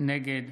נגד